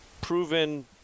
proven